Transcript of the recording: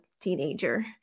teenager